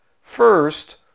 First